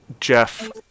Jeff